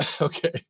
Okay